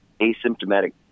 asymptomatic